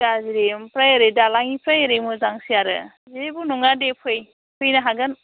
गाज्रि ओमफ्राय ओरै दालांनिफ्राय ओरै मोजांसै आरो जेबो नङा दे फै फैनो हागोन